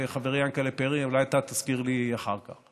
חברי יענקל'ה פרי, אולי אתה תזכיר לי אחר כך.